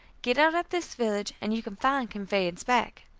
get out at this village, and you can find conveyance back.